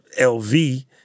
lv